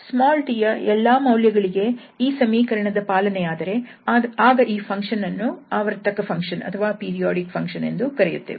𝑡 ಯ ಎಲ್ಲಾ ಮೌಲ್ಯಗಳಿಗೆ ಈ ಸಮೀಕರಣದ ಪಾಲನೆಯಾದರೆ ಆಗ ಈ ಫಂಕ್ಷನ್ ಅನ್ನು ಆವರ್ತಕ ಫಂಕ್ಷನ್ ಎಂದು ಕರೆಯುತ್ತೇವೆ